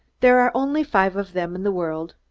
there are only five of them in the world,